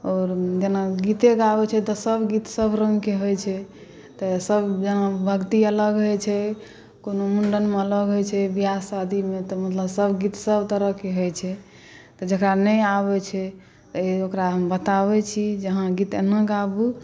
आओर जेना गीते गाबै छै तऽ सबगीत सबरङ्गके होइ छै तऽ सब जेना भक्ति अलग होइ छै कोनो मुण्डनमे अलग होइ छै बिआह शादीमे तऽ मतलब सबगीत सबतरहके तरहके होइ छै तऽ जकरा नहि आबै छै ओकरा हम बताबै छी जे अहाँ गीत एना गाबू